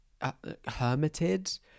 hermited